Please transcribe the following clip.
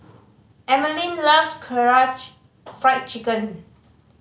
Emeline loves Karaage Fried Chicken